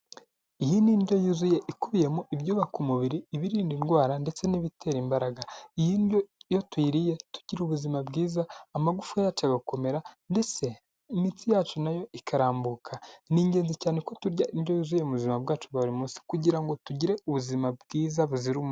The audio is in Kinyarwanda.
Iyi ni indyo yuzuye ikubiyemo ibyubaka umubiri ibirinda indwara ndetse n'ibitera imbaraga, iyi ndyo iyo tuyiriye tugira ubuzima bwiza amagufwa yacu agakomera ndetse imitsi yacu nayo ikarambuka. Ni ingenzi cyane ko turya indyo yuzuye mu buzima bwacu buri munsi kugira ngo tugire ubuzima bwiza buzira umu.